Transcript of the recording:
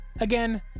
Again